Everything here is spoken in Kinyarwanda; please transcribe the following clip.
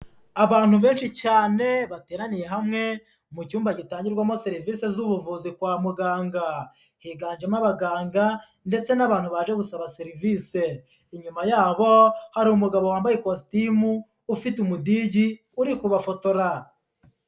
Abantu benshi cyane bateraniye hamwe mu cyumba gitangirwamo serivisi z'ubuvuzi kwa muganga, higanjemo abaganga ndetse n'abantu baje gusaba serivise, inyuma yabo hari umugabo wambaye ikositimu ufite umudigi uri kubafotora.